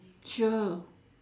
sure